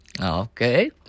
okay